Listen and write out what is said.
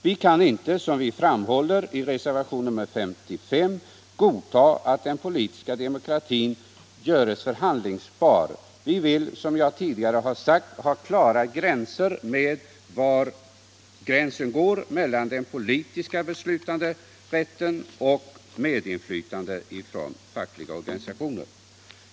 Vi kan inte, som vi framhåller i reservationen 55, godta att den politiska demokratin görs förhandlingsbar. Vi vill, som jag tidigare har sagt, ha klart besked om var gränsen går mellan den politiska beslutanderätten och medinflytandet från fackliga organisationer.